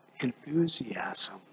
enthusiasm